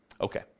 Okay